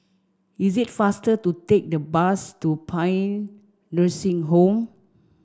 is it faster to take the bus to Paean Nursing Home